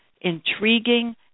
intriguing